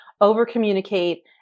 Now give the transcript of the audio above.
over-communicate